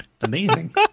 Amazing